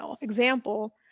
example